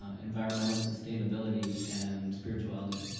ah environmental sustainability and spirituality.